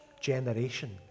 generation